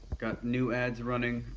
got new ads running,